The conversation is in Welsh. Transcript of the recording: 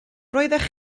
roeddech